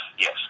yes